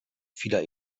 vieler